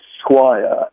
squire